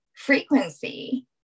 Frequency